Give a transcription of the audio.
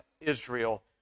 Israel